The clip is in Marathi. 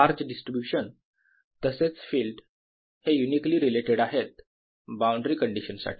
चार्ज डिस्ट्रीब्यूशन तसेच फिल्ड हे युनिकली रिलेटेड आहेत दिलेल्या बाउंड्री कंडिशन साठी